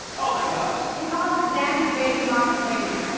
oh my gosh. he call's it daddy's baby mama's maybe.